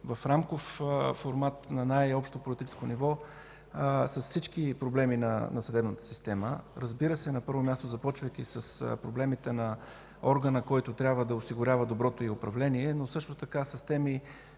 в рамков формат на най-общо политическо ниво с всички проблеми на съдебната система. Разбира се, на първо място, започвайки с проблемите на органа, който трябва да осигурява доброто й управление, но също така с теми